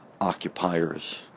occupiers